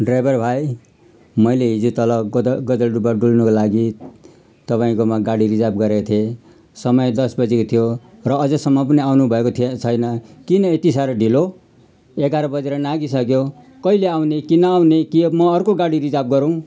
driver भाइ मैले हिजो तल गज गजलडुबा डुल्नुको लागि तपाईँकोमा गाडी रिजर्व गरेको थिएँ समय दस बजीको थियो र अझैसम्म पनि आउनुभएको छैन किन यति साह्रो ढिलो एघार बजेर नाघिसक्यो कहिले आउने कि नआउने कि म अर्को गाडी रिजर्व गरौँ